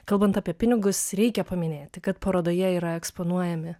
kalbant apie pinigus reikia paminėti kad parodoje yra eksponuojami